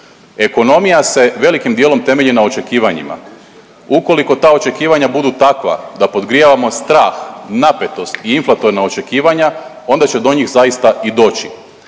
Ekonomija se velikim dijelom temelji na očekivanjima. Ukoliko ta očekivanja budu takva da podgrijavamo strah, napetost i inflatorna očekivanja onda će do njih zaista i doći.